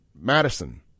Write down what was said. Madison